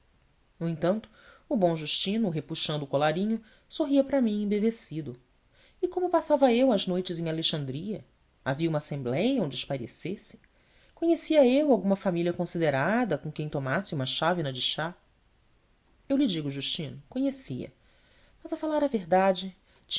no entanto o bom justino repuxando o colarinho sorria para mim embevecido e como passava eu as noites em alexandria havia uma assembléia onde espairecesse conhecia eu alguma família considerada com quem tomasse uma chávena de chá eu lhe digo justino conhecia mas a falar verdade